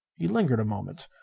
he lingered a moment.